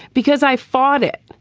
because i fought it.